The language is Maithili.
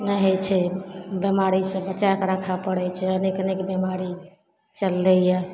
नहि होइ छै बेमारीसे बचैके राखै पड़ै छै अनेक अनेक बेमारी चललैए